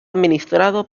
administrado